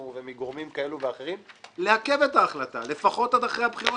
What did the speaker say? ומגורמים כאלה ואחרים לעכב את ההחלטה לפחות עד אחרי הבחירות,